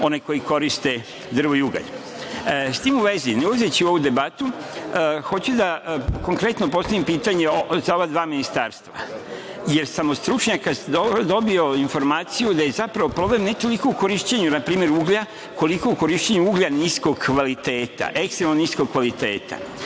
one koji koriste drvo i ugalj. S tim u vezi, ne ulazeći u ovu debatu, hoću konkretno da postavim pitanje za ova dva ministarstva, jer sam od stručnjaka dobio informaciju da je zapravo problem ne toliko u korišćenju uglja, koliko u korišćenju uglja niskog kvaliteta, ekstremno niskog kvaliteta. Navodno,